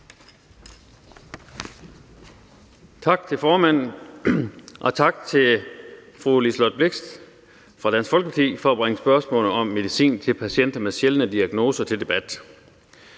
Tak til formanden. Og tak til fru Liselott Blixt fra Dansk Folkeparti for at bringe spørgsmålet om medicin til patienter med sjældne diagnoser til debat.